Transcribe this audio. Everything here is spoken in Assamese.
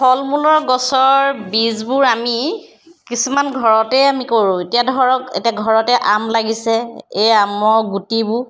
ফল মূলৰ গছৰ বীজবোৰ আমি কিছুমান ঘৰতেই আমি কৰোঁ এতিয়া ধৰক এতিয়া ঘৰতে আম লাগিছে এই আমৰ গুটিবোৰ